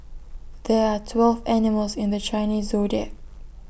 there are twelve animals in the Chinese Zodiac